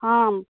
आम्